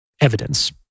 evidence